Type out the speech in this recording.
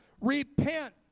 repent